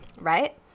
right